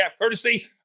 Courtesy